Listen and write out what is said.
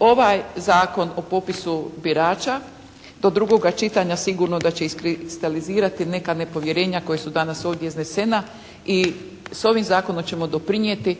ovaj Zakon o popisu birača do drugoga čitanja sigurno da će iskristalizirati neka nepovjerenja koja su danas ovdje iznesena i s ovim zakonom ćemo doprinijeti